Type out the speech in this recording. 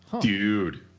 Dude